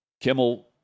Kimmel